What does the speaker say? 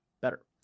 better